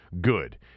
good